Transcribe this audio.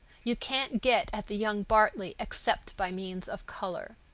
you can't get at the young bartley except by means of color.